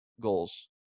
goals